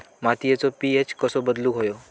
मातीचो पी.एच कसो बदलुक होयो?